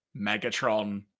megatron